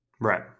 Right